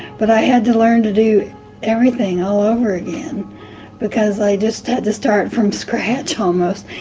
but i had to learn to do everything all over again because i just had to start from scratch almost,